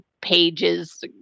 pages